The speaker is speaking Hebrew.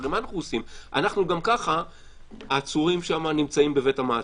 גם ככה העצורים שם נמצאים בבית המעצר.